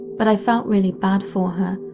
but i felt really bad for her,